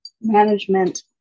management